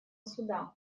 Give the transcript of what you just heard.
суда